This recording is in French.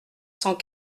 cent